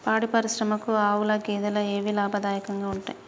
పాడి పరిశ్రమకు ఆవుల, గేదెల ఏవి లాభదాయకంగా ఉంటయ్?